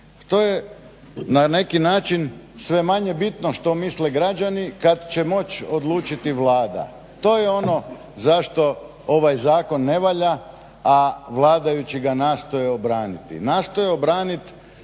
To je na neki način sve manje bitno što misle građani kad će moć odlučiti Vlada. To je ono zašto ovaj zakon ne valja, a vladajući ga nastoje obraniti.